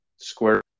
Square